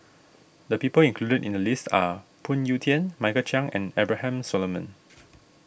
the people included in the list are Phoon Yew Tien Michael Chiang and Abraham Solomon